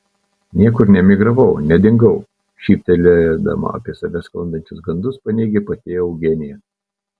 niekur neemigravau nedingau šyptelėdama apie save sklandančius gandus paneigė pati eugenija